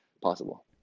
possible